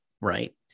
right